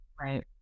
right